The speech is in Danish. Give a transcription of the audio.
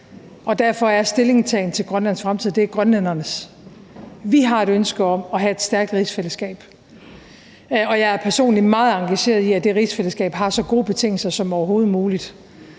Derfor er stillingtagen til Grønlands fremtid grønlændernes. Vi har et ønske om at have et stærkt rigsfællesskab, og jeg er personligt meget engageret i, at det rigsfællesskab har så gode betingelser som overhovedet muligt.